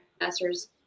master's